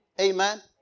Amen